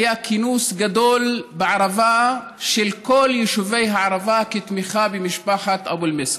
היה כינוס גדול בערבה של כל יישובי הערבה לתמיכה במשפחת אבו אל-מסכ.